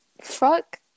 fuck